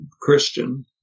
Christian